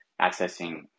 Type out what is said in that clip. accessing